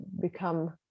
become